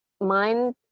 mind